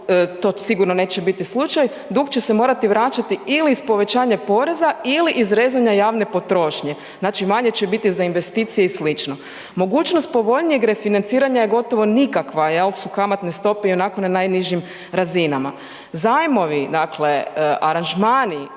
to sigurno neće biti slučaj, dug će se morati vraćati ili iz povećanja poreza ili iz rezanja javne potrošnje, znači manje će biti za investicije i sl. Mogućnost povoljnijeg refinanciranja je gotovo nikakva jer su kamatne stope i onako na najnižim razinama. Zajmovi dakle, aranžmani